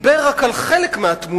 דיבר רק על חלק מהתמונה,